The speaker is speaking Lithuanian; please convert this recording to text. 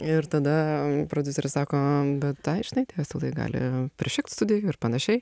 ir tada prodiuseris sako bet ai žinai tie asilai gali prišikt studijoj ir panašiai